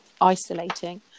isolating